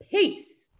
Peace